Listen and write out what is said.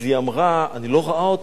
אז היא אמרה: אני לא רואה אותו,